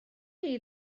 chi